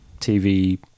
TV